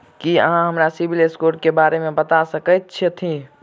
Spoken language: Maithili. की अहाँ हमरा सिबिल स्कोर क बारे मे बता सकइत छथि?